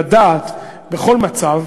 לדעת בכל מצב,